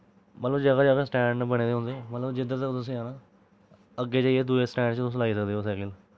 मतलव जगह् जगह् स्टैंड न बने दे उंदे मतलव जिद्धर दा तुसें आना अग्गे जाईये दुए स्टैंड च तुस लाई सकदे ओह् सैकल